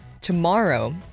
tomorrow